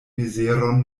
mizeron